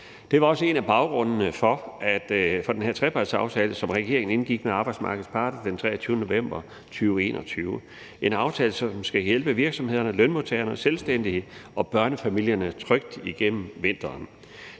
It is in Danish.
Det var også en af baggrundene for den her trepartsaftale, som regeringen indgik med arbejdsmarkedets parter den 23. november 2021 – en aftale, som skal hjælpe virksomhederne, lønmodtagerne, selvstændige og børnefamilierne trygt igennem vinteren.